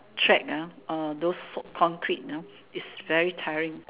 track ah uh those concrete ah it's very tired